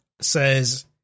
says